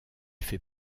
fait